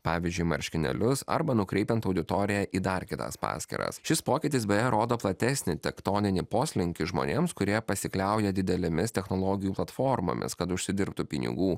pavyzdžiui marškinėlius arba nukreipiant auditoriją į dar kitas paskyras šis pokytis beje rodo platesnį tektoninį poslinkį žmonėms kurie pasikliauja didelėmis technologijų platformomis kad užsidirbtų pinigų